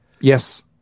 yes